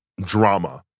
drama